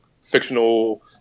fictional